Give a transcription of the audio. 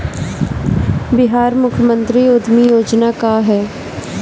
बिहार मुख्यमंत्री उद्यमी योजना का है?